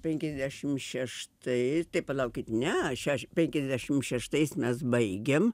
penkiasdešim šeštai tai palaukit ne aš penkiasdešim šeštais mes baigėm